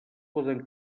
poden